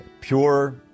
pure